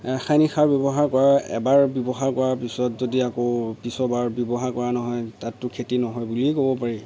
ৰাসায়নিক সাৰ ব্যৱহাৰ কৰা এবাৰ ব্যৱহাৰ কৰাৰ পিছত যদি আকৌ পিছৰবাৰ ব্যৱহাৰ কৰা নহয় তাততো খেতি নহয় বুলিয়েই ক'ব পাৰি